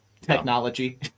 technology